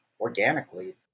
organically